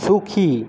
সুখী